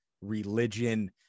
religion